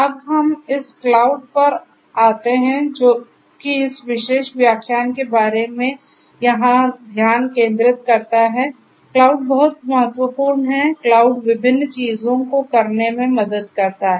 अब हम इस क्लाउड पर आते हैं जो कि इस विशेष व्याख्यान के बारे में यहां ध्यान केंद्रित करता है क्लाउड बहुत महत्वपूर्ण है क्लाउड विभिन्न चीजों को करने में मदद करता है